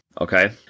Okay